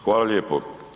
Hvala lijepo.